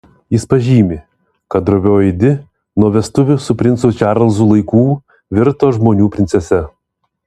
jis pažymi kad drovioji di nuo vestuvių su princu čarlzu laikų virto žmonių princese